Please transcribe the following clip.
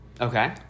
okay